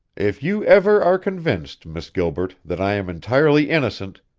if you ever are convinced, miss gilbert, that i am entirely innocent,